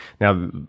now